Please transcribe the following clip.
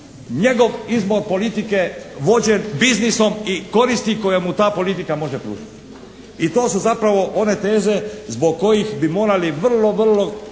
njegov izbor politike vođen biznisom i koristi koju mu ta politika može pružiti. I to su zapravo one teze zbog kojih bi morali vrlo, vrlo